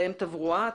בהם תברואה,